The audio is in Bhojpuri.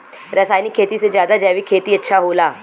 रासायनिक खेती से ज्यादा जैविक खेती अच्छा होला